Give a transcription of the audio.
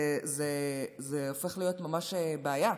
זה הופך להיות ממש בעיה.